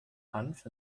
hanf